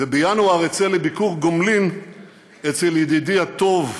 ובינואר אצא לביקור גומלין אצל ידידי הטוב,